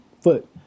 foot